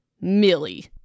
Millie